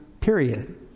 period